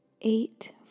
eight